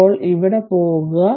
ഇപ്പോൾ ഇവിടെ പോകുക